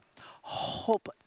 hope